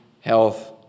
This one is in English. health